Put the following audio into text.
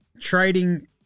trading